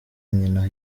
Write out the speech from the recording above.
nyina